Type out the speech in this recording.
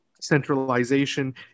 Centralization